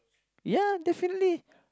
ya definitely